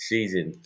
Season